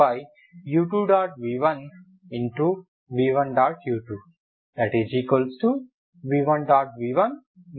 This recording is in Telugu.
v1 v1